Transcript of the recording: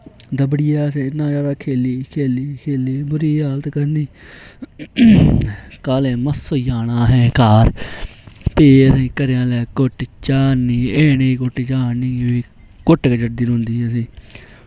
दब्बड़िआं असैं इन्ना जैदा खेली खेली खेली खेली बूरी हालत करूी ओड़ी कालेमस होई जाना असैं घर फ्ही असैं गी घरै आह्लै घुट्ट चाड़नी घुट्ट गै चड़दी रौह्नी असैं गी